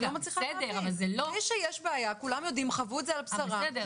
יש בעיה ואנשים חוו את זה על בשרם.